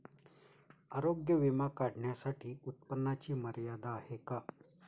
आरोग्य विमा काढण्यासाठी उत्पन्नाची मर्यादा आहे का?